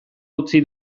utzi